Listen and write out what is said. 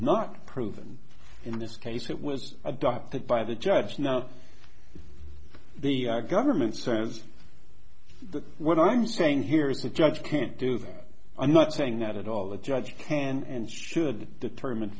not proven in this case it was adopted by the judge and now the government says that what i'm saying here is the judge can't do that i'm not saying that at all the judge can and should determine